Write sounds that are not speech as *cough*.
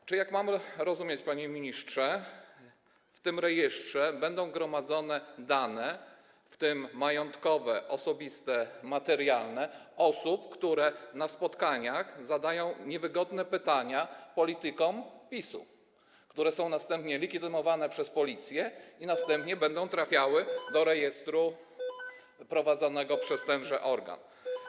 A więc, jak mam rozumieć, panie ministrze, w tym rejestrze będą gromadzone dane, w tym majątkowe, osobiste i materialne, osób, które na spotkaniach zadają niewygodne pytania politykom PiS, które są następnie legitymowane przez policję, *noise* a następnie będą trafiały do rejestru prowadzonego przez tenże organ.